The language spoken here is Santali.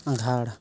ᱟᱜᱷᱟᱬ